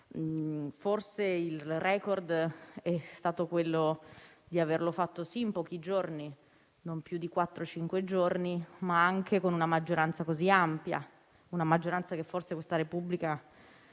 Forse il *record* è stato quello di aver operato, sì, in pochi giorni, non più di quattro, cinque giorni, ma anche con una maggioranza così ampia, una maggioranza che forse questa Repubblica